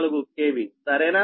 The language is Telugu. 44 KV సరేనా